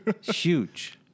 huge